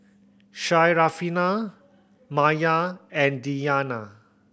Syarafina Maya and Diyana